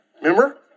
Remember